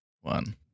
one